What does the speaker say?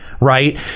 Right